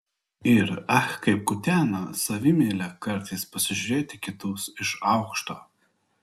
ir ach kaip kutena savimeilę kartais pažiūrėti į kitus iš aukšto